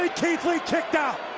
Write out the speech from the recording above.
ah keith lee kicked out.